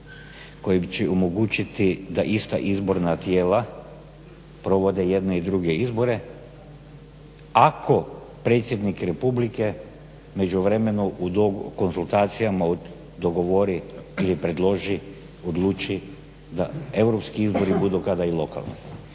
koji će omogućiti da ista izborna tijela provede jedne i druge izbore ako predsjednik republike u međuvremenu u konzultacijama dogovori ili predloži, odluči da Europski izbori budu kada i lokalni.